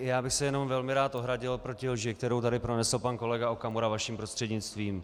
Já bych se jenom velmi rád ohradil proti lži, kterou tady pronesl pan kolega Okamura, vaším prostřednictvím.